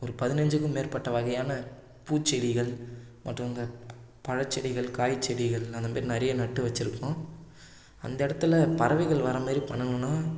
ஒரு பதினைஞ்சிக்கும் மேற்பட்ட வகையான பூச்செடிகள் மற்றும் இந்த பழச்செடிகள் காய்ச்செடிகள் அந்தமாதிரி நிறைய நட்டு வச்சிருக்கோம் அந்த இடத்துல பறவைகள் வரமாதிரி பண்ணணுன்னா